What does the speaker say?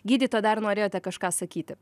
gydytoja dar norėjote kažką sakyti